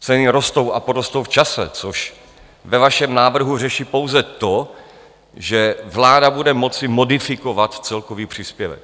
Ceny rostou a porostou v čase, což ve vašem návrhu řeší pouze to, že vláda bude moci modifikovat celkový příspěvek.